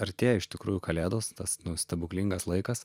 artėja iš tikrųjų kalėdos tas nu stebuklingas laikas